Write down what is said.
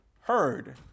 heard